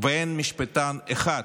ואין משפטן אחד,